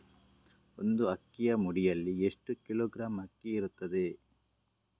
ಒಂದು ಅಕ್ಕಿಯ ಮುಡಿಯಲ್ಲಿ ಎಷ್ಟು ಕಿಲೋಗ್ರಾಂ ಅಕ್ಕಿ ಇರ್ತದೆ?